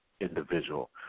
individual